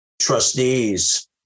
trustees